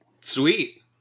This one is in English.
sweet